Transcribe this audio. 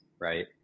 right